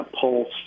pulse